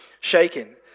shaken